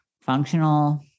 functional